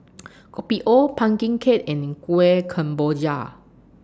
Kopi O Pumpkin Cake and Kueh Kemboja